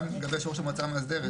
גם לגבי יושב-ראש המועצה המאסדרת.